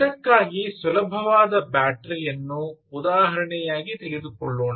ಇದಕ್ಕಾಗಿ ಸುಲಭವಾದ ಬ್ಯಾಟರಿ ಯನ್ನು ಉದಾಹರಣೆಯಾಗಿ ತೆಗೆದುಕೊಳ್ಳೋಣ